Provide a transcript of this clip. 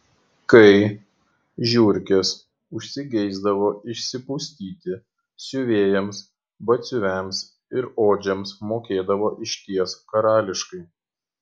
kai žiurkės užsigeisdavo išsipustyti siuvėjams batsiuviams ir odžiams mokėdavo išties karališkai